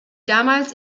damals